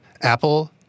Apple